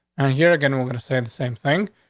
and here again, we're gonna say the same thing.